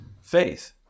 faith